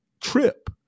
trip